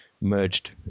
merged